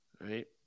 right